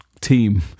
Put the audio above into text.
team